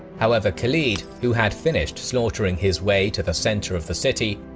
however, khalid, who had finished slaughtering his way to the centre of the city,